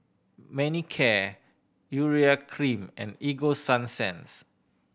Manicare Urea Cream and Ego Sunsense